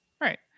Right